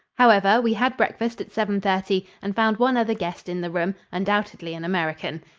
however, we had breakfast at seven thirty and found one other guest in the room undoubtedly an american.